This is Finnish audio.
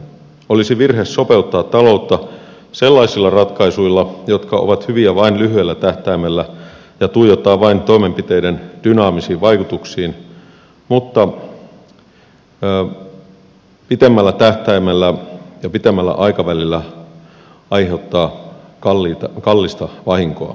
olisi virhe sopeuttaa taloutta sellaisilla ratkaisuilla jotka ovat hyviä vain lyhyellä tähtäimellä ja tuijottaa vain toimenpiteiden dynaamisiin vaikutuksiin mutta pitemmällä tähtäimellä ja pitemmällä aikavälillä aiheuttaa kallista vahinkoa